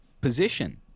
position